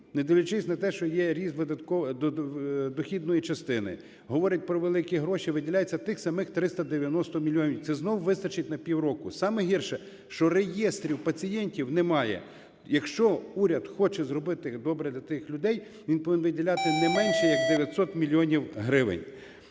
не дивлячись на те, що є ріст дохідної частини, говорять про великі гроші, виділяється тих самих 390 мільйонів, це знову вистачить на півроку. Саме гірше, що реєстрів пацієнтів немає. Якщо уряд хоче зробити добре для тих людей, він повинен виділяти не менше як 900 мільйонів гривень.